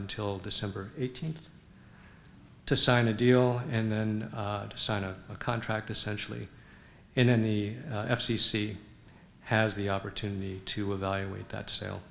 until december eighteenth to sign a deal and then sign a contract essentially and then the f c c has the opportunity to evaluate that sale